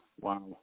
wow